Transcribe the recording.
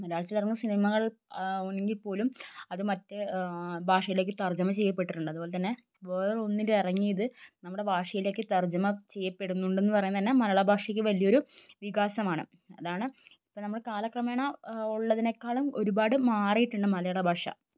മലയാളത്തിൽ ഇറങ്ങുന്ന സിനിമകൾ ഒന്നെങ്കിൽ പോലും അത് മറ്റേ ഭാഷയിലേക്ക് തർജ്ജമ ചെയ്യപ്പെട്ടിട്ടുണ്ട് അതുപോലെ തന്നെ വേറെ ഒന്നിൽ ഇറങ്ങിയത് നമ്മുടെ ഭാഷയിലേക്ക് തർജ്ജമ ചെയ്യപ്പെടുന്നുണ്ടെന്ന് പറയുന്നത് തന്നെ മലയാള ഭാഷയ്ക്ക് വലിയ ഒരു വികാസമാണ് അതാണ് ഇപ്പം നമ്മൾ കാലക്രമേണ ഉള്ളതിനേക്കാളും ഒരുപാട് മാറിയിട്ടുണ്ട് മലയാള ഭാഷ